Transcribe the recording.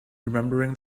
remembering